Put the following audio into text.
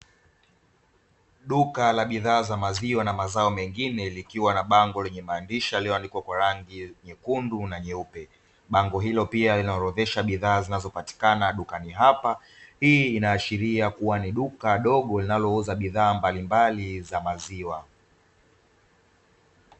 Duka la bidhaa za maziwa na mazao mengine likiwa na bango lenye maandishi yaliyoandikwa kwa rangi nyekundu na nyeupe. hii inaashiria kuwa ni duka dogo linalouza bidhaa mbalimbali za maziwa.